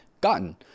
gotten